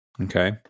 Okay